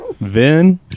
Vin